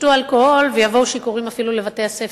ישתו אלכוהול, ויבואו שיכורים אפילו לבתי-הספר.